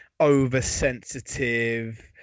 oversensitive